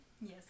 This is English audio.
Yes